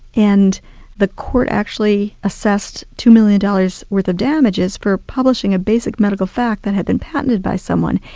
and the court actually assessed two million dollars worth of damages for publishing a basic medical fact that had been patented by someone.